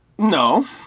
No